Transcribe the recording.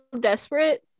desperate